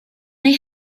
they